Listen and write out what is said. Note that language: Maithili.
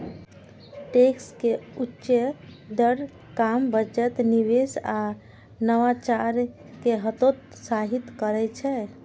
टैक्स के उच्च दर काम, बचत, निवेश आ नवाचार कें हतोत्साहित करै छै